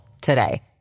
today